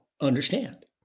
understand